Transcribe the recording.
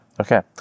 Okay